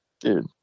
dude